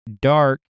dark